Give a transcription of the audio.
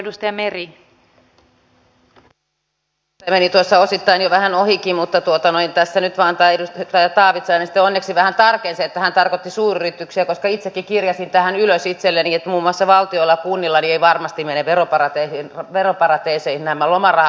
se meni tuossa osittain jo vähän ohikin mutta tässä nyt vain edustaja taavitsainen sitten onneksi vähän tarkensi että hän tarkoitti suuryrityksiä koska itsekin kirjasin tähän ylös itselleni että muun muassa valtiolla ja kunnilla eivät varmasti mene veroparatiiseihin nämä lomarahat